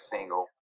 Single